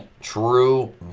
true